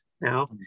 Now